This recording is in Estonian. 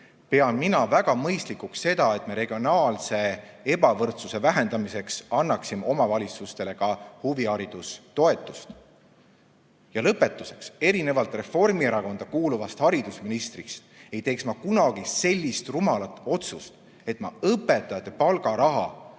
pean mina väga mõistlikuks seda, et me regionaalse ebavõrdsuse vähendamiseks anname omavalitsustele ka huvihariduse toetust. Ja lõpetuseks, erinevalt Reformierakonda kuuluvast haridusministrist ei teeks ma kunagi sellist rumalat otsust, et ma õpetajate palgaraha